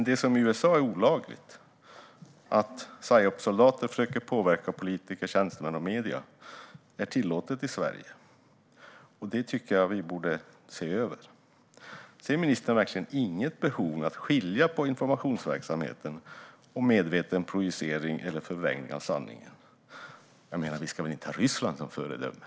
Det som dock är olagligt i USA - att psyopssoldater försöker påverka politiker, tjänstemän och medier - är tillåtet i Sverige. Det tycker jag att vi borde se över. Ser ministern verkligen inget behov av att skilja på informationsverksamhet och "medveten projicering eller förvrängning av sanningen". Vi ska väl inte ha Ryssland som föredöme?